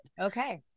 Okay